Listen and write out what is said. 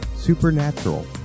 Supernatural